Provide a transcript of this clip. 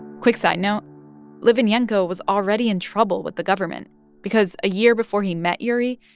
quick side note litvinenko was already in trouble with the government because, a year before he met yuri,